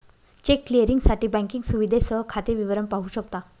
check क्लिअरिंगसाठी banking सुविधेसह खाते विवरण पाहू शकता